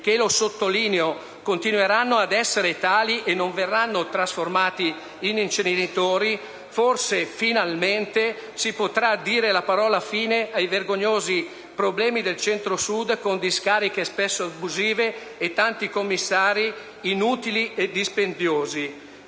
che sottolineo continueranno a rimanere tali e non verranno trasformati in inceneritori - forse e finalmente si potrà dire la parola fine ai problemi vergognosi del Centro-Sud, con discariche spesso abusive e tanti commissari inutili e dispendiosi.